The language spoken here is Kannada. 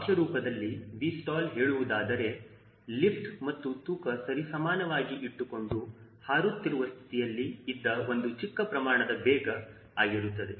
ವ್ಯಾಕ್ಯ ರೂಪದಲ್ಲಿ𝑉stall ಹೇಳುವುದಾದರೆ ಲಿಫ್ಟ್ ಮತ್ತು ತೂಕ ಸರಿಸಮಾನವಾಗಿ ಇಟ್ಟುಕೊಂಡು ಹಾರುತ್ತಿರುವ ಸ್ಥಿತಿಯಲ್ಲಿ ಇದ್ದ ಒಂದು ಚಿಕ್ಕ ಪ್ರಮಾಣದ ವೇಗ ಆಗಿರುತ್ತದೆ